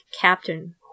Captain